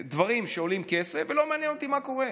דברים שעולים כסף ולא מעניין אותי מה קורה.